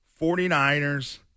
49ers